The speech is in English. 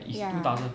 ya